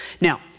Now